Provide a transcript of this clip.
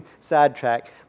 sidetrack